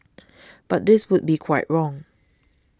but this would be quite wrong